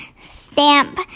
stamp